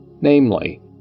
namely